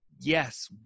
Yes